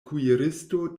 kuiristo